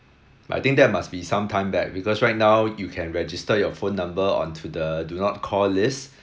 I think that must be some time back because right now you can register your phone number on to the do not call list